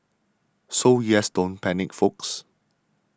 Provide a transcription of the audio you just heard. so yes don't panic folks